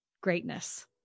greatness